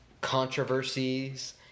controversies